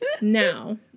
Now